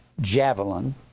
javelin